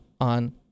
on